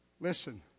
Listen